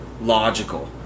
logical